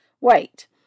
Wait